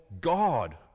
God